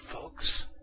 folks